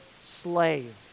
slave